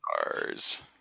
stars